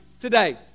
today